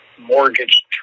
mortgage